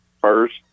first